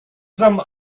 some